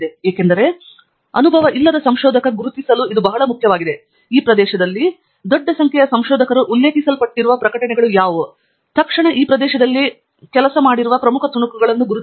ಏಕೆಂದರೆ ಅನನುಭವಿ ಸಂಶೋಧಕ ಗುರುತಿಸಲು ಇದು ಬಹಳ ಮುಖ್ಯವಾಗಿದೆ ಈ ಪ್ರದೇಶದಲ್ಲಿ ದೊಡ್ಡ ಸಂಖ್ಯೆಯ ಸಂಶೋಧಕರು ಉಲ್ಲೇಖಿಸಲ್ಪಟ್ಟಿರುವ ಪ್ರಕಟಣೆಗಳು ಯಾವುವು ತಕ್ಷಣ ಈ ಪ್ರದೇಶದಲ್ಲಿ ಕೆಲಸದ ಪ್ರಮುಖ ತುಣುಕುಗಳನ್ನು ಗುರುತಿಸಿ